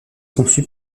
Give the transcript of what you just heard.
conçue